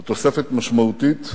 זו תוספת משמעותית.